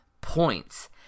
points